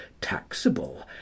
taxable